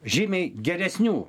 žymiai geresnių